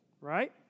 right